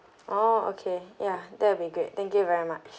oh okay ya that would be great thank you very much